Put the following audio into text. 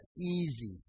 Easy